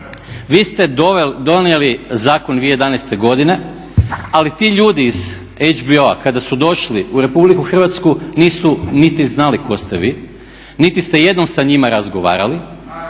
vi ste donijeli zakon 2011. godine ali ti ljudi iz HBO-a kada su došli u Republiku Hrvatsku nisu niti znali tko ste vi, niti ste jednom sa njima razgovarali,